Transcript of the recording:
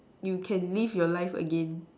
you can live your life again